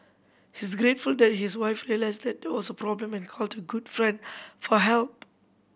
he is grateful that his wife realised there a problem and called a good friend for help